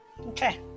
Okay